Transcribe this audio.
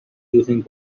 using